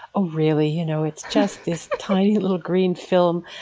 ah really, you know it's just this tiny little green film.